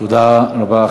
תודה רבה.